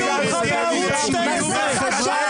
ראינו אותך בערוץ 12,